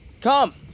Come